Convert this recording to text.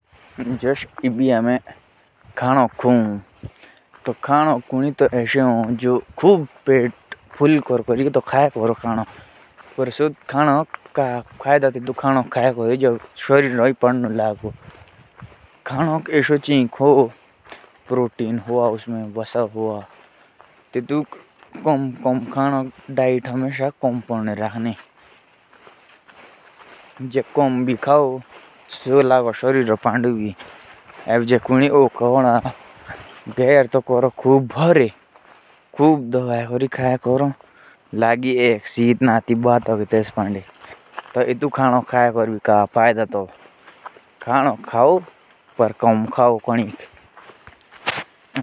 जैसे हम खाना खाते हैं तो ऐसे खाओ कि शरीर को भी लगे। पर कोई ऐसा होता है कि खाना तो दबा के खाता है लेकिन लगता कुछ नहीं है।